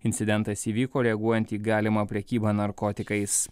incidentas įvyko reaguojant į galimą prekybą narkotikais